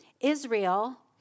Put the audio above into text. Israel